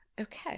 okay